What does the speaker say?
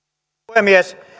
puhemies